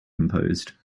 composed